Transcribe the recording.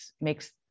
makes